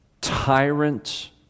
tyrant